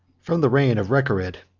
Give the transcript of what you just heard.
from the reign of recared,